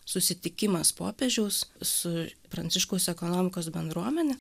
susitikimas popiežiaus su pranciškaus ekonomikos bendruomene